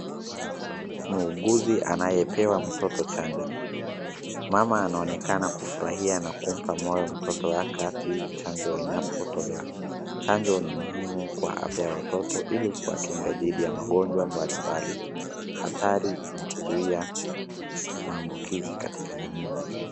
Muuguzi anayepewa mtoto chanjo. Mama anaonekana kufurahia na kumpa moyo mtoto wake wakati chanjo inapotolewa. Chanjo ni muhimu kwa afya ya watoto ili kuwakinga dhidi ya magonjwa mbalimbali, athari na kuzuia maambukizi katika jamii.